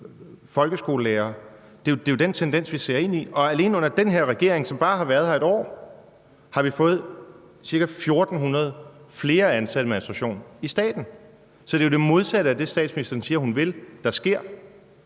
folkeskolelærere. Det er jo den tendens, vi ser ind i. Og alene under den her regering, som bare har været her et år, har vi fået ca. 1.400 flere ansatte i administrationen i staten. Så det er jo det modsatte af det, statsministeren siger hun vil, der sker.